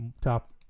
Top